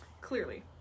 clearly